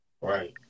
Right